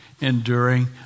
Enduring